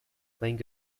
playing